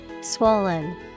Swollen